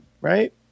right